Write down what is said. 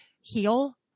heal